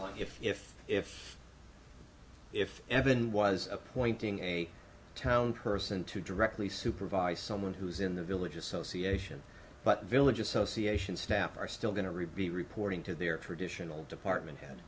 if if if if if evan was appointing a town person to directly supervise someone who is in the village association but village association staff are still going to review reporting to their traditional department head